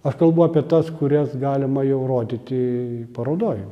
aš kalbu apie tas kurias galima jau rodyti parodoj